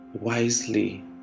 wisely